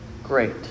Great